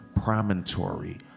Promontory